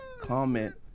comment